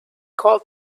called